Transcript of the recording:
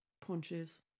punches